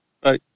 bye